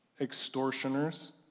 extortioners